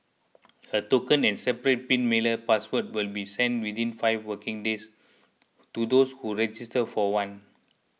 a token and separate pin mailer password will be sent within five working days to those who register for one